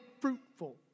fruitful